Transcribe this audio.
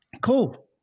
Cool